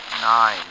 Nine